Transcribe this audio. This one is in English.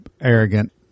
arrogant